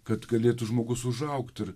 kad galėtų žmogus užaugt ir